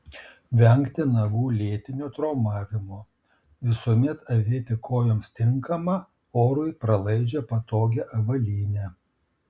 vengti nagų lėtinio traumavimo visuomet avėti kojoms tinkamą orui pralaidžią patogią avalynę